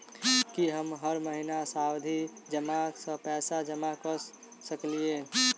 की हम हर महीना सावधि जमा सँ पैसा जमा करऽ सकलिये?